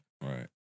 Right